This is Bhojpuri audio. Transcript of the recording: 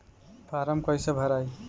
फारम कईसे भराई?